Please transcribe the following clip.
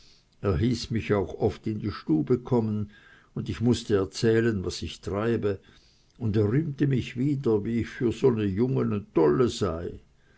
er hieß mich auch oft in die stube kommen und ich mußte erzählen was ich treibe und er rühmte mich wieder wie ich für so n e junge e tolle sei